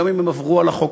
גם אם הם עברו על החוק,